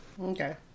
Okay